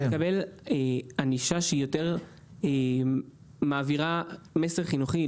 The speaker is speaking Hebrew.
ענישה שהיא יותר מעבירה מסר חינוכי,